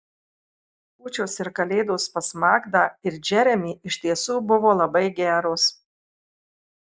kūčios ir kalėdos pas magdą ir džeremį iš tiesų buvo labai geros